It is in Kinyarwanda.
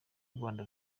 rwanda